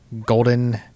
golden